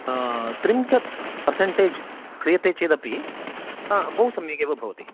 त्रिंशत् पर्सेण्टेज् क्रियते चेदपि बहु सम्यगेव भवति